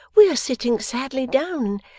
we are sitting sadly down,